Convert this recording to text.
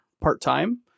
part-time